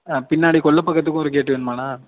ஆ பின்னாடி கொல்லை பக்கத்துக்கும் ஒரு கேட்டு வேணுமாண்ணா